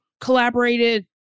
collaborated